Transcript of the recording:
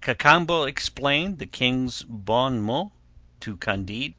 cacambo explained the king's bon-mots to candide